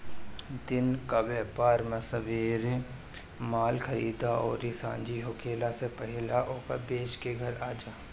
दिन कअ व्यापार में सबेरे माल खरीदअ अउरी सांझी होखला से पहिले ओके बेच के घरे आजा